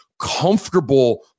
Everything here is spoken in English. comfortable